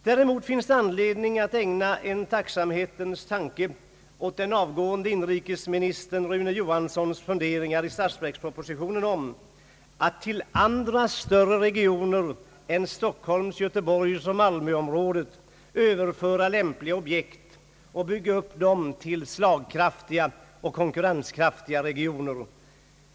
Däremot finns det anledning att ägna en tacksamhetens tanke åt den avgående inrikesministern Rune Johanssons funderingar i statsverkspropositionen om att till andra större regioner än Stockholms, Göteborgs och Malmös överföra lämpliga objekt och därmed bygga upp dem till slagkraftiga och konkurrenskraftiga regioner.